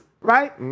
right